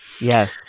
Yes